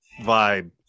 vibe